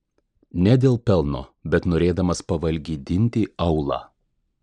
ne dėl pelno bet norėdamas pavalgydinti aūlą